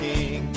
King